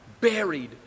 Buried